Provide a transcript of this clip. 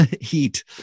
heat